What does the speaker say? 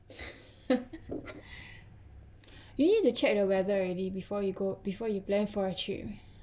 you need to check the weather already before you go before you plan for a trip